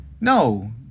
No